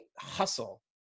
hustle